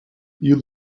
you